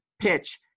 PITCH